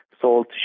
salt